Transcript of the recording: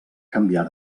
canviar